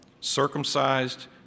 circumcised